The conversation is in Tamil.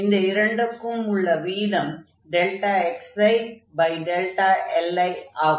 இந்த இரண்டுக்கும் உள்ள விகிதம் xili ஆகும்